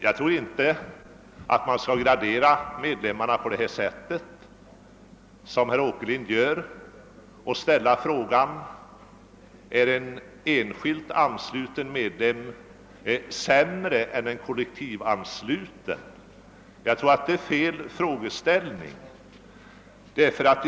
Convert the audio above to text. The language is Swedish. Jag tror vidare inte att man skall gradera medlemmarna på det sätt som herr Åkerlind gör och ställa frågan: Är en enskilt ansluten medlem sämre än en kollektivansluten? Jag tror att denna frågeställning är felaktig.